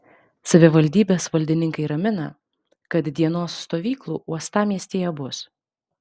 savivaldybės valdininkai ramina kad dienos stovyklų uostamiestyje bus